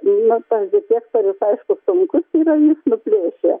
nu tas detektorius aišku sunkus yra jis nuplėšia